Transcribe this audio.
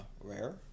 rare